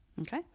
Okay